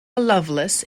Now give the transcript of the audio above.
lovelace